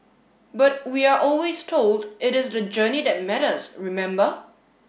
but we are always told it is the journey that matters remember